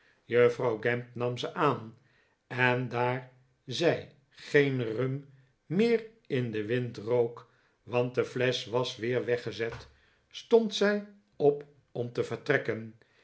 juffrouw gamp nam ze aan en daar zij geen rum meer in den wind rook want de flesch was weer weggezet stond zij op om te vertrekken